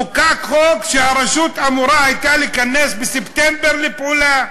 חוקק חוק שהרשות הייתה אמורה להיכנס בספטמבר לפעולה.